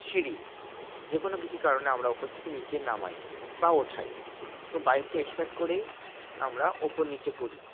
সিঁড়ি যে কোনো কিছু কারণে আমরা ওপর থেকে নিচে নামাই বা ওঠাই তো বাইকটা স্টার্ট করেই আমরা ওপর নিচে করি